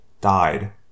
died